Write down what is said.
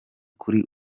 kuri